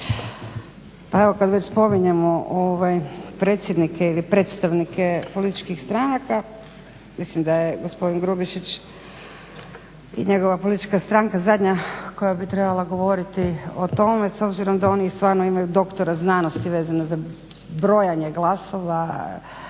Evo kad već spominjemo predsjednike ili predstavnike političkih stranaka, mislim da je gospodin Grubišić i njegova politička stranka zadnja koja bi trebala govoriti o tome s obzirom da oni stvarno imaju doktora znanosti vezano za brojanje glasova,